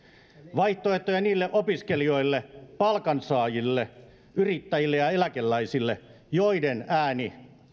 vaihtoehtoja niille opiskelijoille palkansaajille yrittäjille ja eläkeläisille joiden ääni